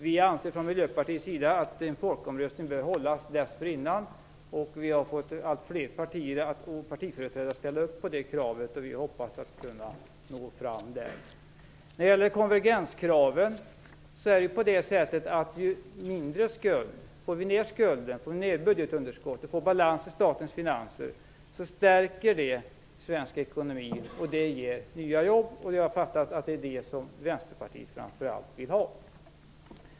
Vi från Miljöpartiet anser att en folkomröstning bör hållas dessförinnan, och vi har fått allt fler partier och partiföreträdare att ställa upp på det kravet. Vi hoppas att kunna nå fram till vårt mål där. När det gäller konvergenskraven vill jag säga att vi får ned skulden. Får vi ned budgetunderskottet och får balans i statens finanser stärker det svensk ekonomi och det ger nya jobb. Jag har fattat att det är det som Vänsterpartiet framför allt vill ha.